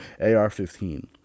AR-15